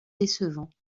décevants